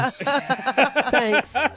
Thanks